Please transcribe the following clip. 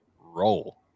roll